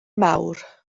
mawr